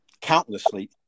countlessly